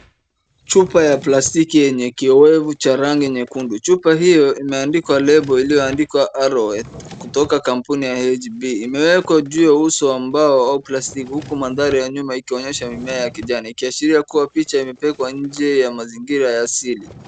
Chupa ya plastiki yenye kiwevu cha rangi nyekundu chupa hiyo imeandikwa label iliyoandikwa Aror Wet kutoka kampuni ya HB imewekwa juu ya uso wa mbao au plastiki huku mandhari ya nyuma ikionyesha mimea ya kijani, ikiashiria kuwa picha imepigwa nje ya mazingira ya asili.